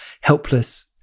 helpless